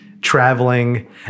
traveling